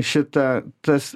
šita tas